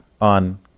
on